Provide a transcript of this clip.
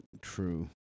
True